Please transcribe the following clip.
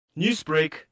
Newsbreak